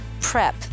PREP